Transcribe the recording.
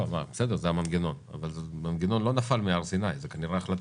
אבל המנגנון לא נפל מהר סיני, זו כנראה החלטה.